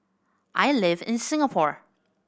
I live in Singapore